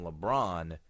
LeBron